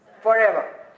Forever